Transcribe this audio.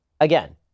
Again